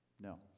No